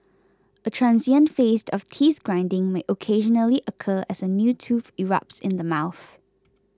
a transient phase of teeth grinding may occasionally occur as a new tooth erupts in the mouth